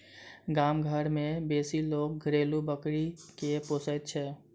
गाम घर मे बेसी लोक घरेलू बकरी के पोसैत छै